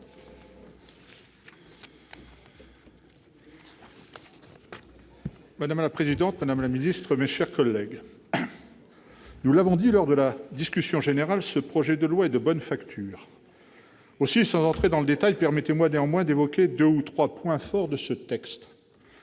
Madame la présidente, madame la ministre, mes chers collègues, comme nous l'avons dit lors de la discussion générale, ce projet de loi est de bonne facture. Sans entrer dans le détail, permettez-moi d'évoquer deux ou trois points forts de ce texte.